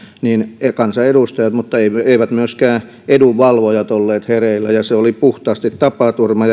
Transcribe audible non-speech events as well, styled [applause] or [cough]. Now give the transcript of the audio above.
eivät kansanedustajat eivätkä myöskään edunvalvojat olleet hereillä ja se oli puhtaasti tapaturma [unintelligible]